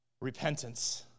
repentance